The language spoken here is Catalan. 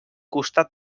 costat